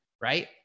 right